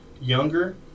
younger